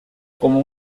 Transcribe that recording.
como